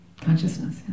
consciousness